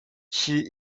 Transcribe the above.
she